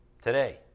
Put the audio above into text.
Today